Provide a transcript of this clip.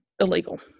illegal